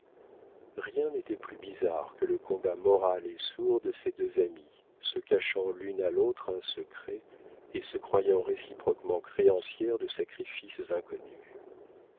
rien n'était plus bizarre que le combat moral et sourd de ces deux amies se cachant l'une à l'autre un secret et se croyant réciproquement créancières de sacrifices inconnus